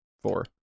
Four